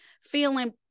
feeling